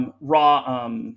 raw